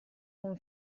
con